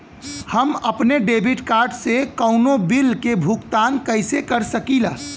हम अपने debit card से कउनो बिल के भुगतान कइसे कर सकीला?